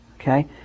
okay